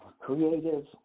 creative